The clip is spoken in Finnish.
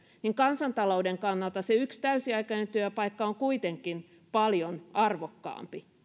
niin kansantalouden kannalta se yksi täysiaikainen työpaikka on kuitenkin paljon arvokkaampi